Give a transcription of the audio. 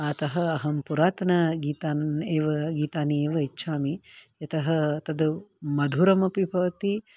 अतः अहं पुरातनगीतान् एव गीतानि एव इच्छामि यतः तत् मधुरमपि भवति